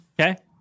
Okay